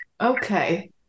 Okay